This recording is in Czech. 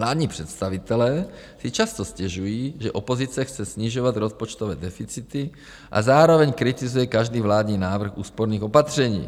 Vládní představitelé si často stěžují, že opozice chce snižovat rozpočtové deficity a zároveň kritizuje každý vládní návrh úsporných opatření.